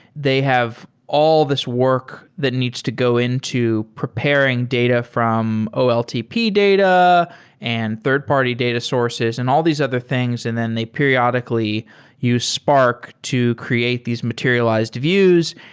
they have all this work that needs to go into preparing data from oltp data and third-party data sources and all these other things and then they periodically use spark to create these materialized views,